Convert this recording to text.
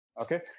okay